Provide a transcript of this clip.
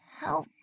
Help